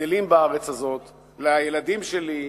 הגדלים בארץ הזאת, לילדים שלי,